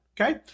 Okay